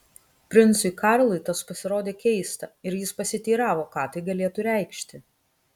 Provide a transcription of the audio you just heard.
princui karlui tas pasirodė keista ir jis pasiteiravo ką tai galėtų reikšti